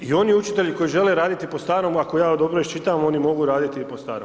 I oni učitelji koji žele raditi po starom ako ja dobro iščitavam oni mogu raditi i po starom.